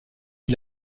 qui